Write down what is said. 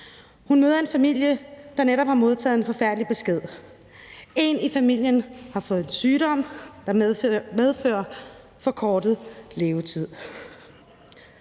Hun møder en familie, der netop har modtaget en forfærdelig besked. En i familien har fået en sygdom, der medfører forkortet levetid.